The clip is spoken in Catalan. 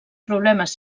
problemes